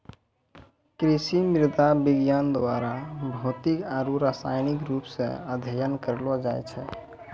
कृषि मृदा विज्ञान द्वारा भौतिक आरु रसायनिक रुप से अध्ययन करलो जाय छै